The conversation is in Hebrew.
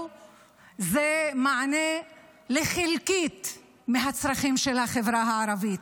זה מענה לחלקיק מהצרכים של החברה הערבית.